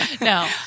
No